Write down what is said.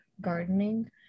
gardening